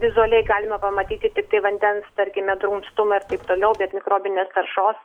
vizualiai galima pamatyti tiktai vandens tarkime drumstumą ir taip toliau bet mikrobinės taršos